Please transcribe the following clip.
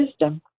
wisdom